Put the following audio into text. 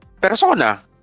persona